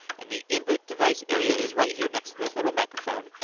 and the input device area is right here next to this little microphone,